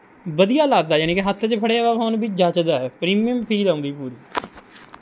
ਵਧੀਆ ਲੱਗਦਾ ਜਾਣੀ ਕਿ ਹੱਥ ਚ ਫੜਿਆ ਵਾ ਫੋਨ ਵੀ ਜੱਚਦਾ ਪ੍ਰੀਮੀਅਮ ਫੀਲ ਆਉਂਦੀ ਪੂਰੀ